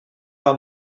par